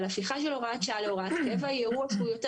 אבל הפיכה של הוראת שעה להוראת קבע היא אירוע שהוא יותר